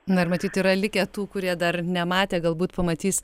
na ir matyt yra likę tų kurie dar nematė galbūt pamatys